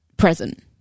present